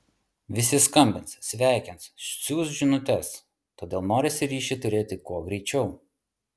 visi skambins sveikins siųs žinutes todėl norisi ryšį turėti kuo greičiau